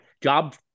job